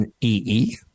EE